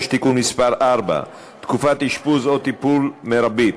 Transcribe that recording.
(תיקון מס' 4) (תקופת אשפוז או טיפול מרבית),